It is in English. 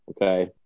okay